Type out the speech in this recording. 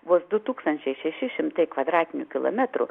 vos du tūkstančiai šeši šimtai kvadratinių kilometrų